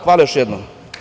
Hvala još jednom.